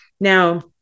Now